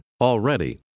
Already